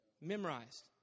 Memorized